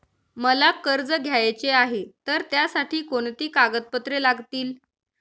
मला कर्ज घ्यायचे आहे तर त्यासाठी कोणती कागदपत्रे लागतील?